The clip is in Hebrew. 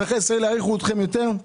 אזרחי ישראל יעריכו אתכם יותר.